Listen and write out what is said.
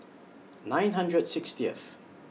nine hundred sixtieth